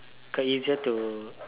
cause easier to